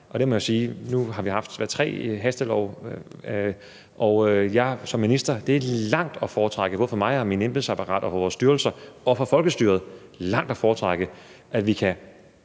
Nu, hvor vi har haft tre hastelove, må jeg som minister sige, at det er langt at foretrække, både for mig, mit embedsapparat, for vores styrelser og for folkestyret – langt at foretrække, altså at